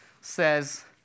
says